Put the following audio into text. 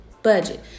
budget